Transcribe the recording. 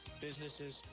businesses